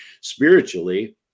Spiritually